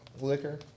liquor